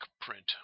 print